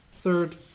Third